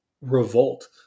revolt